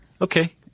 Okay